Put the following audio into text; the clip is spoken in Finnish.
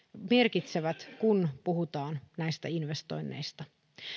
merkitsevät kun puhutaan näistä investoinneista